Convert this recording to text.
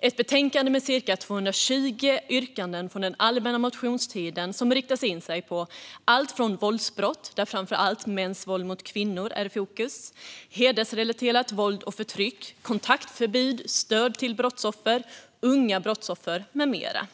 Det är ett betänkande med cirka 220 yrkanden från allmänna motionstiden som riktar in sig på våldsbrott, där framför allt mäns våld mot kvinnor är i fokus, hedersrelaterat våld och förtryck, kontaktförbud, stöd till brottsoffer, unga brottsoffer med mera.